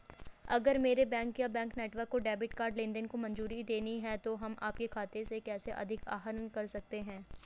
अगर मेरे बैंक या बैंक नेटवर्क को डेबिट कार्ड लेनदेन को मंजूरी देनी है तो हम आपके खाते से कैसे अधिक आहरण कर सकते हैं?